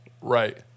Right